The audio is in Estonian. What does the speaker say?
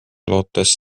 lootes